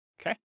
Okay